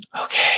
okay